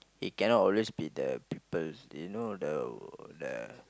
it cannot always be the people you know the the